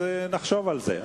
נחשוב על זה,